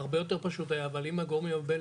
הרבה יותר פשוט היה אם הגורמים הבין